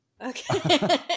Okay